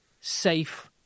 safe